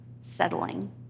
settling